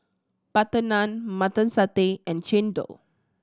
butter naan Mutton Satay and chendol